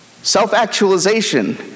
Self-actualization